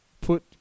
put